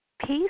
Peace